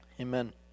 amen